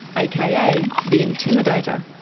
aka the intimidator.